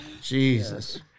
Jesus